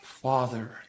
Father